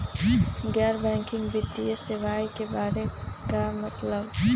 गैर बैंकिंग वित्तीय सेवाए के बारे का मतलब?